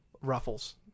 Ruffles